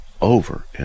over